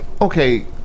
Okay